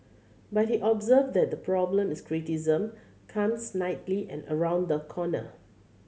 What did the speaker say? but he observed that the problem is criticism comes snidely and round the corner